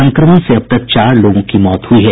संक्रमण से अब तक चार लोगों की मौत हुयी है